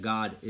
God